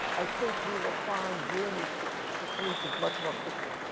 i think we will find journeys to to solutions much more quickly,